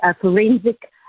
forensic